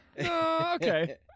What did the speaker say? Okay